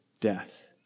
death